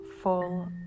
full